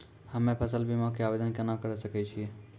हम्मे फसल बीमा के आवदेन केना करे सकय छियै?